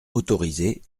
autorisé